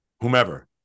whomever